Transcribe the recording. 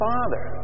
Father